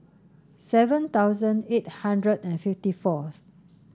seven thousand eight hundred and fifty fourth